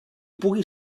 pugui